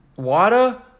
Water